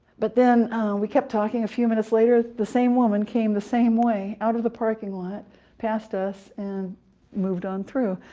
but then we kept talking. a few minutes later, the same woman came the same way out of the parking lot past us, and moved on through.